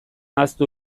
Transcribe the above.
ahaztu